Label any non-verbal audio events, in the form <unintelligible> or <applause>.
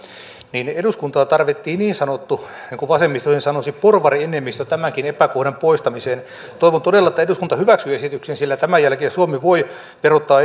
että eduskuntaan tarvittiin niin sanottu niin kuin vasemmisto sen sanoisi porvarienemmistö tämänkin epäkohdan poistamiseen toivon todella että eduskunta hyväksyy esityksen sillä tämän jälkeen suomi voi verottaa <unintelligible>